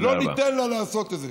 לא ניתן לה לעשות את זה.